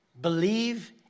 Believe